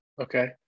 Okay